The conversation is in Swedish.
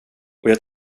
jag